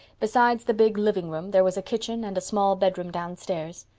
besides the big living-room, there was a kitchen and a small bedroom downstairs.